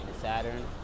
Saturn